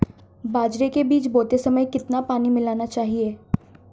बाजरे के बीज बोते समय कितना पानी मिलाना चाहिए?